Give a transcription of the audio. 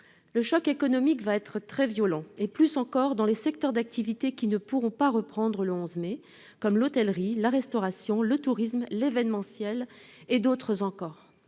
Le choc économique va être très violent, plus encore dans les secteurs d'activité qui ne pourront pas reprendre le 11 mai, comme l'hôtellerie, la restauration, le tourisme, l'événementiel et d'autres encore.